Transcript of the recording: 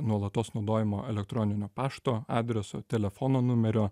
nuolatos naudojamo elektroninio pašto adreso telefono numerio